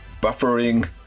buffering